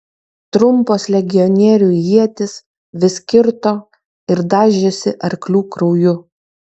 trumpos legionierių ietys vis kirto ir dažėsi arklių krauju